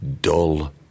dull